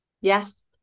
Yes